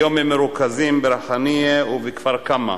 היום הם מרוכזים בריחנייה ובכפר-קמא.